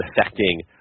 affecting